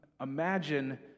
Imagine